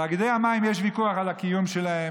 יש ויכוח על הקיום של תאגידי המים.